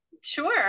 Sure